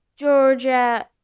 Georgia